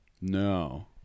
No